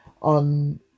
on